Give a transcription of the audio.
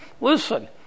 listen